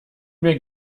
mir